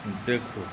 देखू